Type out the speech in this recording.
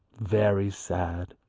very sad.